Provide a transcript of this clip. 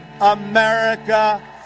America